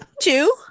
Two